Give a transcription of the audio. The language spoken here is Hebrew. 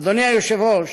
אדוני היושב-ראש,